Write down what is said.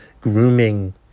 grooming